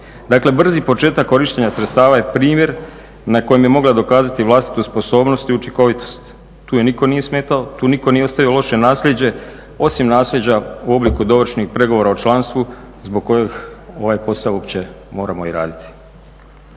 Dakle, brzi početak korištenja sredstava je primjer na kojem je mogla dokazati vlastitu sposobnost i učinkovitost, tu je niko nije smetao, tu niko nije ostavio loše naslijeđe osim nasljeđa u obliku dovršenih pregovora o članstvu zbog kojeg ovaj posao uopće moramo i raditi.